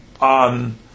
on